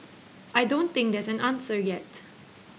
I don't think there's an answer yet